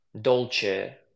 Dolce